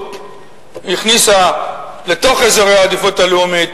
כשהכניסה לתוך אזורי העדיפות הלאומית